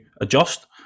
adjust